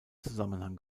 zusammenhang